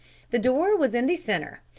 the door was in the centre,